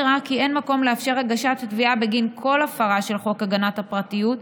נראה כי אין מקום לאפשר הגשת תביעה בגין כל הפרה של חוק הגנת הפרטיות,